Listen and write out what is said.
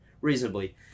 reasonably